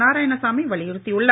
நாராயணசாமி வலியுறுத்தியுள்ளார்